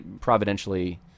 providentially